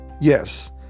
Yes